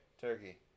Turkey